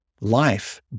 Life